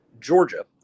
Georgia